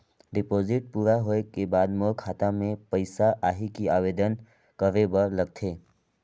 Deposit पूरा होय के बाद मोर खाता मे पइसा आही कि आवेदन करे बर लगथे?